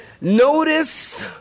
Notice